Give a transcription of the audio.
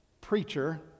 preacher